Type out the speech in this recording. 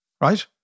right